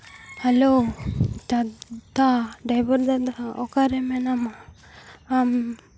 hello ᱫᱟᱫᱟ driver ᱫᱟᱫᱟ ᱚᱠᱟ ᱨᱮ ᱢᱮᱱᱟᱢᱟ ᱟᱢ